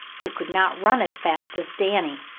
who could not run as fast as danny.